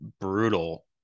brutal